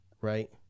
right